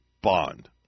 bond